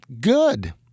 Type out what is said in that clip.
good